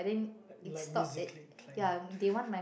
like musically inclined